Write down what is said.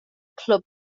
clwb